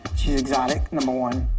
exotic, number one.